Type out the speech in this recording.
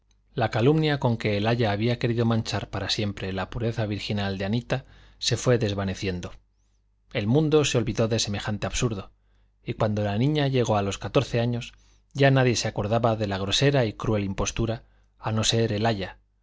la calumnia con que el aya había querido manchar para siempre la pureza virginal de anita se fue desvaneciendo el mundo se olvidó de semejante absurdo y cuando la niña llegó a los catorce años ya nadie se acordaba de la grosera y cruel impostura a no ser el aya